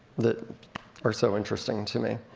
that are so interesting to me.